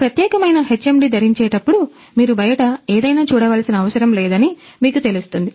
ఈ ప్రత్యేకమైన HMD ధరించేటప్పుడు మీరు బయట ఏదైనా చూడవలసిన అవసరం లేదని మీకు తెలుస్తుంది